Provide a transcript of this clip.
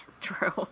true